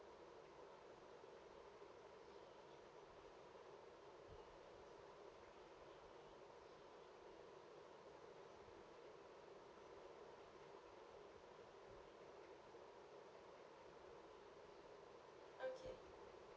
okay